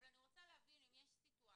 אבל אני רוצה להבין אם יש סיטואציה